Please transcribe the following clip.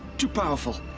too powerful.